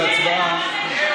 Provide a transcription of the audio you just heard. נמנעים.